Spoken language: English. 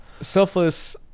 Selfless